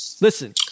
Listen